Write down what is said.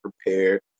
prepared